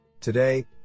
Today